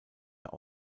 der